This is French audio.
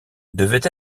devait